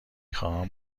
خواهم